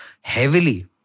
heavily